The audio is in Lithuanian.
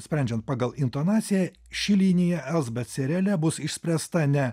sprendžiant pagal intonaciją ši linija elsbet seriale bus išspręsta ne